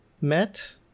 met